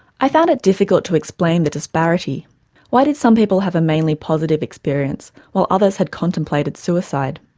i found it difficult to explain the disparity why did some people have a mainly positive experience, while others had contemplated suicide?